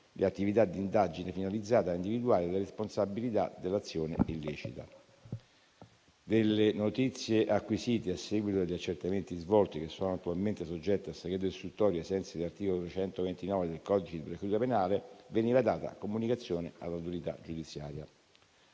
le attività di indagine finalizzate ad individuare le responsabilità dell'azione illecita. Delle notizie acquisite a seguito degli accertamenti svolti, che sono attualmente soggette a segreto istruttorio, ai sensi dell'articolo 229 del codice di procedura penale, veniva data comunicazione all'autorità giudiziaria.